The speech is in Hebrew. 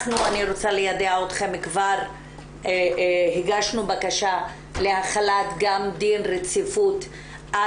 אני רוצה ליידע אתכן שהגשנו בקשה להחלת דין רציפות על